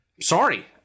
Sorry